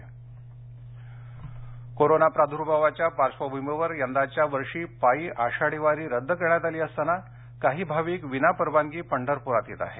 वारी कोरोना प्रादूर्भावाच्या पार्श्वभूमीवर यंदाच्या वर्षी पायी आषाढी वारी रद्द करण्यात आली असताना काही भाविक विना परवानगी पंढरपुरात येत आहेत